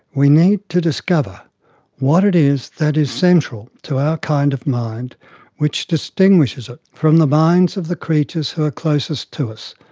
we need to discover what it is that is central to our kind of mind which distinguishes it from the minds of the creatures who are closest to us,